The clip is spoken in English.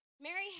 Mary